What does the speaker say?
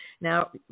Now